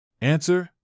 Answer